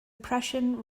prussian